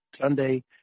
Sunday